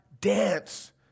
dance